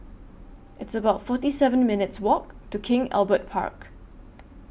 It's about forty seven minutes' Walk to King Albert Park